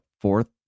fourth